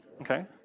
okay